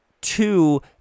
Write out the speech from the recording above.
two